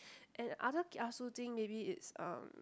and other kiasu thing maybe it's um